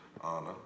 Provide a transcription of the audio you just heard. honor